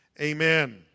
Amen